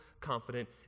confident